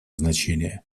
значение